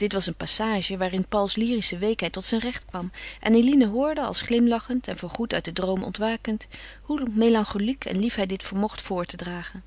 dit was een passage waarin pauls lyrische weekheid tot zijn recht kwam en eline hoorde als glimlachend en voor goed uit den droom ontwakend hoe melancholiek en lief hij dit vermocht voor te dragen